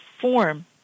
form